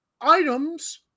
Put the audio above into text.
items